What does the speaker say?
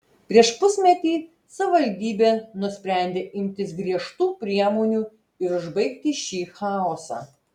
prieš pusmetį savivaldybė nusprendė imtis griežtų priemonių ir užbaigti šį chaosą